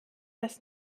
das